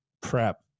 prep